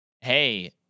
hey